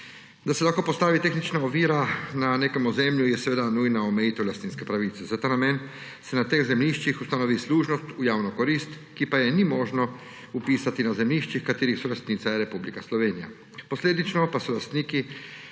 Da se lahko postavi tehnična ovira na nekem ozemlju, je seveda nujna omejitev lastninske pravice. Za ta namen se na teh zemljiščih ustanovi služnost v javno korist, ki pa je ni možno vpisati na zemljiščih, katerih solastnica je Republika Slovenija, posledično pa solastniki